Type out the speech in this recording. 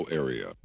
area